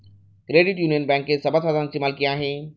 credit union बँकेत सभासदांची मालकी आहे